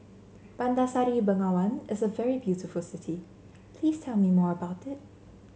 Bandar Seri Begawan is a very beautiful city please tell me more about it